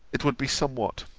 it would be somewhat.